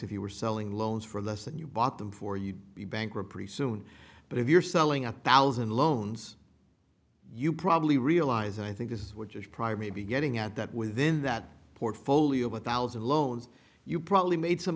if you were selling loans for less than you bought them for you'd be bankrupt pretty soon but if you're selling a thousand loans you probably realize i think this which is probably be getting at that within that portfolio with thousand loans you probably made some